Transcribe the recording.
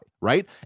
right